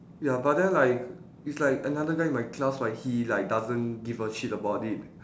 ya but then like it's like another guy in my class right he like doesn't give a shit about it